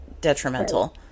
detrimental